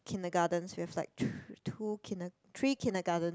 kindergartens we have like two two kinder~ three kindergarten